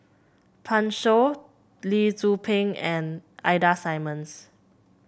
Pan Shou Lee Tzu Pheng and Ida Simmons